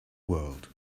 world